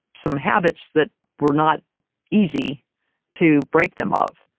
some habits that were not easy to break them of.